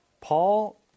Paul